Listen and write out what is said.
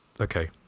Okay